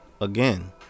again